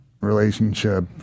relationship